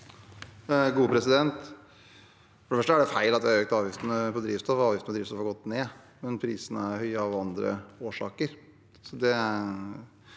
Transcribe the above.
For det første er det feil at vi har økt avgiftene på drivstoff – avgiftene på drivstoff har gått ned, men prisene er høye av andre årsaker